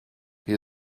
hier